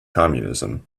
communism